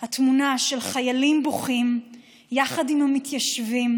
התמונה של חיילים בוכים יחד עם המתיישבים